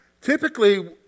Typically